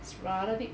it's rather big